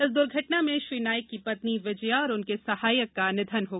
इस दुर्घटना में श्री नाइक की पत्नी विजया और उनके सहायक का निधन हो गया